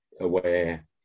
aware